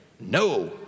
No